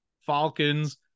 Falcons